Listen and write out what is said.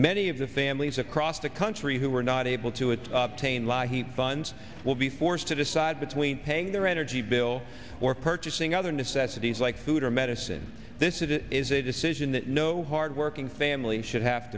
many of the families across the country who were not able to it's up tain ly he funds will be forced to decide between paying their energy bill or purchasing other necessities like food or medicine this it is a decision that no hardworking family should have